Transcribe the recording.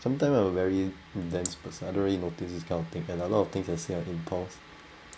sometime I'm a very dense person I don't really notice this kind of thing and a lot of things I say on impulse